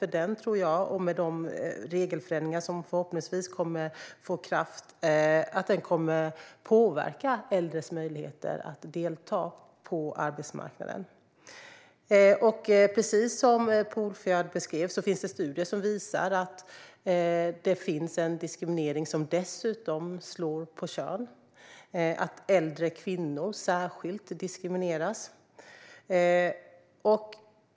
Jag tror att den och de regelförändringar som förhoppningsvis kommer att träda i kraft kommer att påverka äldres möjligheter att delta på arbetsmarknaden. Precis som Polfjärd beskrev finns det studier som visar att det finns en diskriminering som dessutom slår mot kön. Äldre kvinnor diskrimineras särskilt.